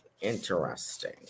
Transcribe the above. Interesting